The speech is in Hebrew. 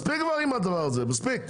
מספיק כבר עם הדבר הזה, מספיק.